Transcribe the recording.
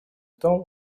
том